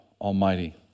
Almighty